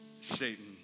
Satan